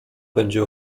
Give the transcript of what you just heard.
będzie